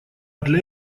для